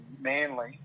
Manly